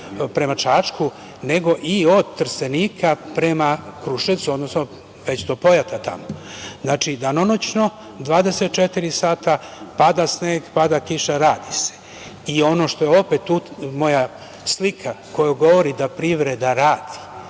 prema Čačku, nego i od Trstenika prema Kruševcu, već do Pojata tamo. Znači, danonoćno, 24 časa, pada sneg, pada kiša, radi se. Ono što je opet moja slika, koja govori da privreda radi,